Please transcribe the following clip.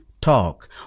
talk